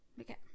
Okay